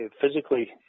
physically